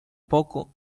poco